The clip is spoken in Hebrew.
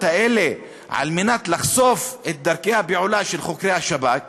האלה כדי לחשוף את דרכי הפעולה של חוקרי השב"כ,